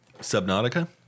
Subnautica